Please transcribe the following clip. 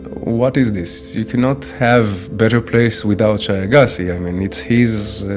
what is this? you cannot have better place without shai agassi. i mean, it's his,